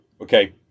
okay